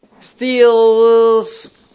Steals